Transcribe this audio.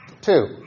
Two